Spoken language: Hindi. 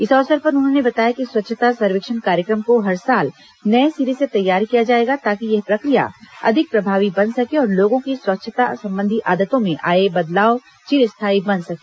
इस अवसर पर उन्होंने बताया कि स्वच्छता सर्वेक्षण कार्यक्रम को हर साल नये सिरे से तैयार किया जाएगा ताकि यह प्रक्रिया अधिक प्रभावी बन सके और लोगों की स्वच्छता संबंधी आदतों में आया बदलाव चिरस्थायी बन सके